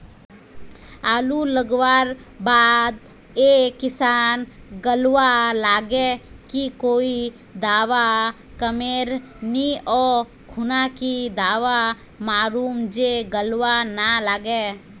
आलू लगवार बात ए किसम गलवा लागे की कोई दावा कमेर नि ओ खुना की दावा मारूम जे गलवा ना लागे?